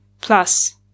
Plus